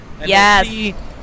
Yes